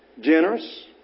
Generous